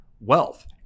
wealth